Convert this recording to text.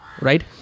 right